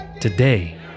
Today